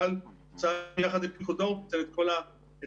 צה"ל יחד עם פיקוד העורף נותן את כל